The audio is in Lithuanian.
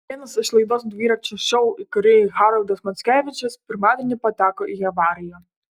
vienas iš laidos dviračio šou įkūrėjų haroldas mackevičius pirmadienį pateko į avariją